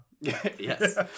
Yes